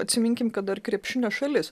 atsiminkim kad dar krepšinio šalis